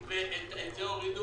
הורידו.